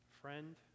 Friend